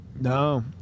No